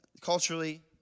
Culturally